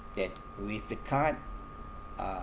that with the card uh